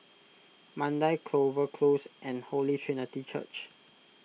Mandai Clover Close and Holy Trinity Church